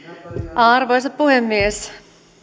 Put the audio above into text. arvoisa puhemies